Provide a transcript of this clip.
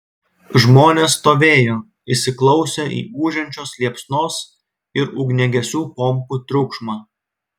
žmonės stovėjo įsiklausę į ūžiančios liepsnos ir ugniagesių pompų triukšmą